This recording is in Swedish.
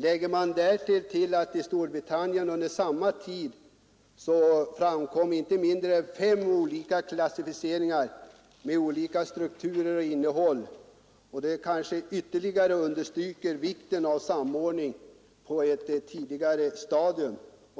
Lägger man därtill att det i Storbritannien under samma tid framkom inte mindre än fem skilda klassificeringar med olika strukturer och innehåll, understryker det kanske ytterligare vikten av samordning på ett tidigt stadium.